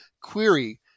query